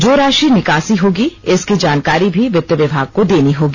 जो राशि निकासी होगी इसकी जानकारी भी वित्त विभाग को देनी होगी